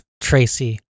Tracy